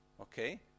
okay